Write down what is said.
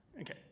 okay